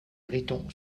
mariton